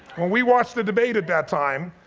when we watched the debate at that time,